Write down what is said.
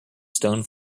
stone